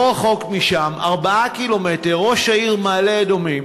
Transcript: לא רחוק משם, 4 קילומטר, ראש העיר מעלה-אדומים